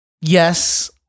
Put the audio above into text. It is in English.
Yes